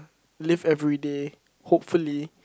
live everyday hopefully